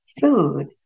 food